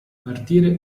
partire